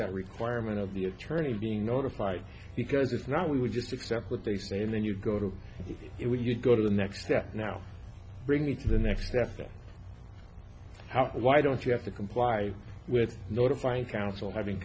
that requirement of the attorney being notified because it's not we would just accept what they say and then you go to it would you go to the next step now bring it to the next step why don't you have to comply with notifying council hav